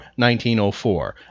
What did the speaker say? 1904